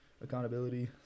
accountability